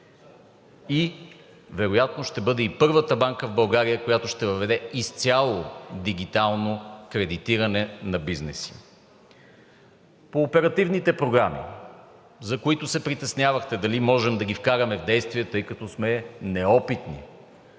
и вероятно ще бъде и първата банка в България, която ще въведе изцяло дигитално кредитиране на бизнеса. По оперативните програми, за които се притеснявахте дали можем да ги вкараме в действие, тъй като сме неопитни.